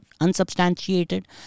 unsubstantiated